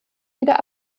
wieder